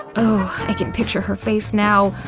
oh, i can picture her face now.